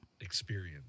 Experience